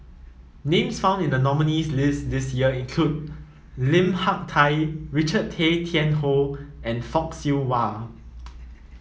names found in the nominees' list this year include Lim Hak Tai Richard Tay Tian Hoe and Fock Siew Wah